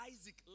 Isaac